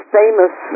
famous